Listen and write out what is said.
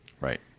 Right